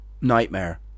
nightmare